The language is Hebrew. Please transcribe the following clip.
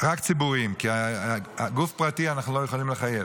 רק ציבוריים, כי גוף פרטי אנחנו לא יכולים לחייב.